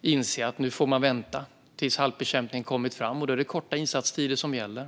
inse att man får vänta tills halkbekämpningen kommit fram. Det är då korta insatstider som gäller.